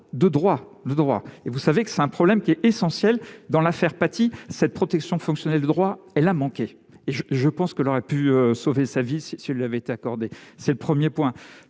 de droit, le droit et vous savez que c'est un problème qui est essentiel dans l'affaire pâti cette protection fonctionnelle droit, elle a manqué et je pense que l'on aurait pu sauver sa vie, si elle avait accordé, c'est le 1er point